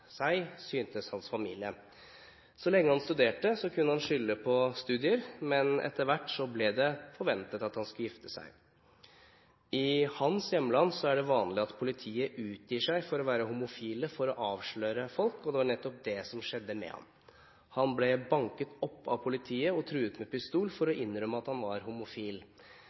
seg, syntes hans familie. Så lenge han studerte, kunne han skylde på studier, men etter hvert ble det forventet at han skulle gifte seg. I hans hjemland er det vanlig at politiet utgir seg for å være homofile for å avsløre folk, og det var nettopp det som skjedde med ham. Han ble banket opp av politiet og truet med pistol for å innrømme at han var homofil.